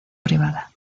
privada